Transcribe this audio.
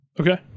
Okay